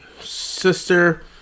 sister